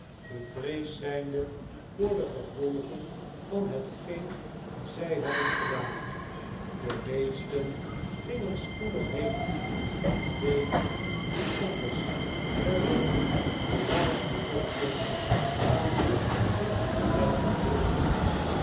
bevreesd zijnde voor de gevolgen van hetgeen zij hadden gedaan de meesten gingen spoedig heen en velen die anders geregeld de laars bezochten kwamen in het geheel niet